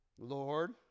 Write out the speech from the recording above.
Lord